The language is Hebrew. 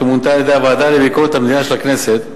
שמונתה על-ידי הוועדה לביקורת המדינה של הכנסת,